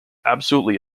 absolutely